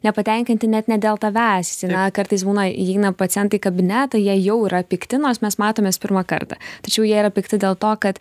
nepatenkinti net ne dėl tavęs na kartais būna įeina pacientai į kabinetą jei jau yra pikti nors mes matomės pirmą kartą tačiau jie yra pikti dėl to kad